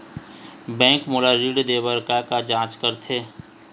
Bank मोला ऋण देहे बार का का जांच करथे?